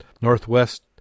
Northwest